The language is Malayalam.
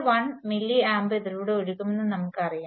1 മില്ലി ആമ്പ് ഇതിലൂടെ ഒഴുകുമെന്ന് നമ്മുക്കറിയാം